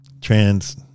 Trans